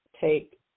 take